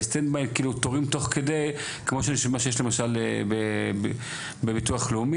ב- Stand by תורים כמו מה שיש למשל בביטוח לאומי.